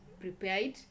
Prepared